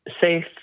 safe